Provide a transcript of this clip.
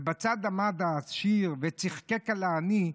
ובצד עמד העשיר וצחקק על העני,